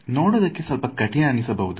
ನೋಡೋದಕ್ಕೆ ಸ್ವಲ್ಪ ಕಠಿಣ ಅನಿಸಿಬಹುದು